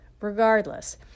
regardless